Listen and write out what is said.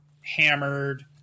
hammered